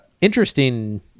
interesting